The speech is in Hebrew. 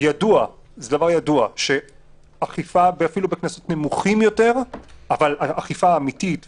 ידוע שאכיפה אפילו בקנסות נמוכים יותר אבל אכיפה אמיתית